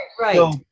right